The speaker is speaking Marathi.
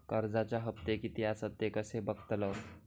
कर्जच्या हप्ते किती आसत ते कसे बगतलव?